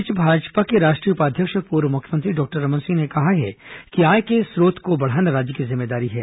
इस बीच भाजपा के राष्ट्रीय उपाध्यक्ष और पूर्व मुख्यमंत्री डॉक्टर रमन सिंह ने कहा है कि आय के स्रोत को बढाना राज्य की जिम्मेदारी है